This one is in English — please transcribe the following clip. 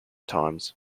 times